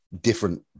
different